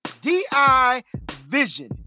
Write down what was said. D-I-Vision